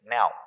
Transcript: Now